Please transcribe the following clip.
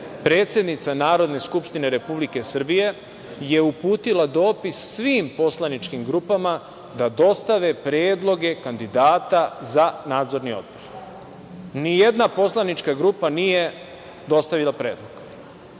predsednica Narodne skupštine Republike Srbije je uputila dopis svim poslaničkim grupama da dostave predloge kandidata za Nadzorni odbor. Nijedna poslanička grupa nije dostavila predlog. Dakle,